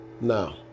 Now